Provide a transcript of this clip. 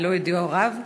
ללא יידוע הוריו,